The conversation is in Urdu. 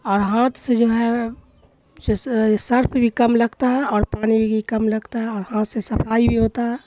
اور ہاتھ سے جو ہے سرپ بھی کم لگتا ہے اور پانی وی کی کم لگتا ہے اور ہاتھ سے صفائی بھی ہوتا ہے